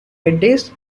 middays